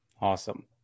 awesome